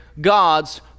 God's